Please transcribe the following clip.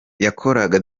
yakoraga